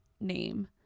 name